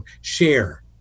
share